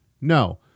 No